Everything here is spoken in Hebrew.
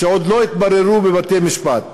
שעוד לא התבררו בבתי-משפט.